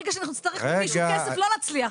ברגע שאנחנו נצטרך משהו כסף, אנחנו לא נצליח.